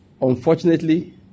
Unfortunately